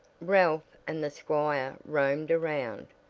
ralph and the squire roamed around,